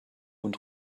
und